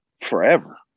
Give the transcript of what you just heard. forever